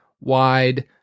wide